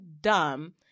dumb